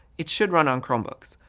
it should run on chromebooks.